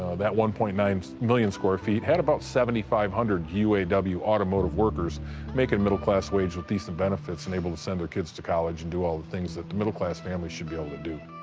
that one point nine million square feet had about seven thousand five hundred u a w. automotive workers making middle-class wage with decent benefits and able to send their kids to college and do all the things that the middle-class family should be able to do.